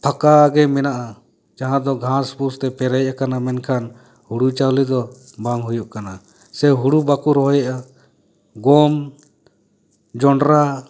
ᱯᱷᱟᱠᱟ ᱜᱮ ᱢᱮᱱᱟᱜᱼᱟ ᱡᱟᱦᱟᱸ ᱫᱚ ᱜᱷᱟᱥ ᱵᱩᱥ ᱛᱮ ᱯᱮᱨᱮᱡ ᱟᱠᱟᱱᱟ ᱢᱮᱱᱠᱷᱟᱱ ᱦᱩᱲᱩ ᱪᱟᱣᱞᱮ ᱫᱚ ᱵᱟᱝ ᱦᱩᱭᱩᱜ ᱠᱟᱱᱟ ᱥᱮ ᱦᱩᱲᱩ ᱵᱟᱠᱚ ᱨᱚᱦᱚᱭᱮᱜᱼᱟ ᱜᱚᱢ ᱡᱚᱸᱰᱨᱟ